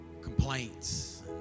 complaints